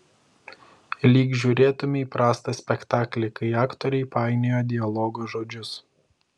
lyg žiūrėtumei prastą spektaklį kai aktoriai painioja dialogo žodžius